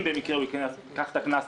אם במקרה הוא ייקח את הקנס,